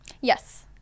yes